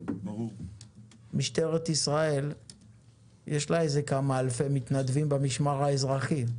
למשטרת ישראל יש כמה אלפי מתנדבים במשמר האזרחי,